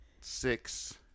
Six